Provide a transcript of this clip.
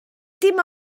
dim